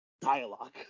dialogue